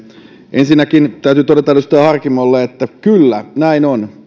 ensinnäkin täytyy todeta edustaja harkimolle että kyllä näin on